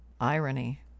irony